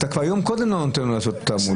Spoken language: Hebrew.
אתה כבר יום קודם לא נותן לו לעשות תעמולה.